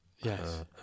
Yes